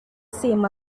same